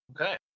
Okay